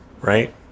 right